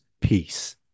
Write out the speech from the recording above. peace